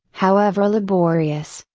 however laborious,